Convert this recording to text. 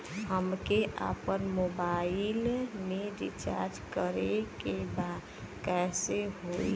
हमके आपन मोबाइल मे रिचार्ज करे के बा कैसे होई?